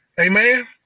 Amen